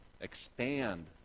expand